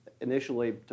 initially